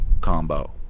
combo